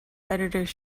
editors